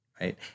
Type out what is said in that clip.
right